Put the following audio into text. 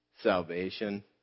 salvation